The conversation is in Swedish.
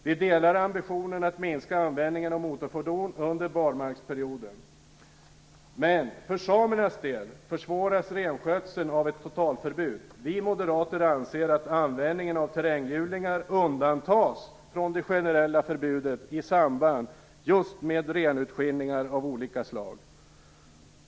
Vi delar ambitionen att minska användningen av motorfordon under barmarksperioden, men ett totalförbud försvårar renskötseln för samerna. Vi moderater anser att användningen av terränghjulingar bör undantas från det generella förbudet i samband just med renutskillningar av olika slag.